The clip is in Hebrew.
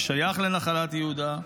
ששייך לנחלת יהודה,